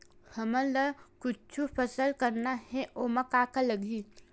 हमन ला कुछु फसल करना हे ओमा का का लगही?